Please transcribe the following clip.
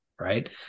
right